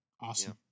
Awesome